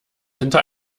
hinter